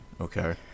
Okay